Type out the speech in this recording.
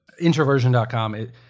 introversion.com